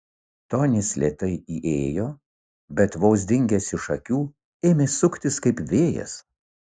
tonis lėtai įėjo bet vos dingęs iš akių ėmė suktis kaip vėjas